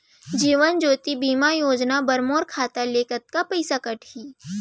जीवन ज्योति बीमा योजना बर मोर खाता ले कतका पइसा कटही?